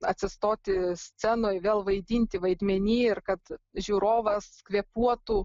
atsistoti scenoj vėl vaidinti vaidmeny ir kad žiūrovas kvėpuotų